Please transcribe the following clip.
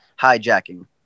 hijacking